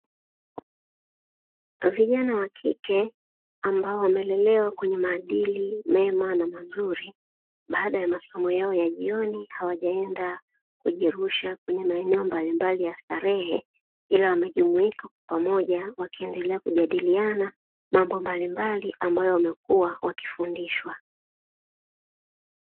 Vijana wakike ambao wamelelewa kwenye maadili mema na mazuri, baada ya masomo yao ya jioni hawajaenda kujirusha kwenye maeneo mbalimbali ya starehe ila wamejumuika kwa pamoja wakiendelea kujadiliana mambo mbalimbali ambayo wamekuwa wakifundishwa.